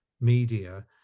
media